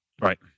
right